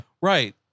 right